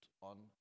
on